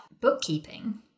bookkeeping